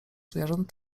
zwierząt